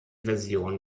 version